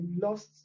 lost